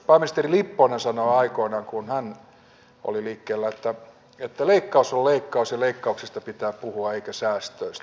pääministeri lipponen sanoi aikoinaan kun hän oli liikkeellä että leikkaus on leikkaus ja leikkauksista pitää puhua eikä säästöistä